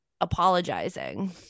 apologizing